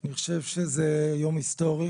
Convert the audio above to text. אני חושב שזה יום היסטורי